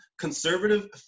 conservative